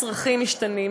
הצרכים משתנים,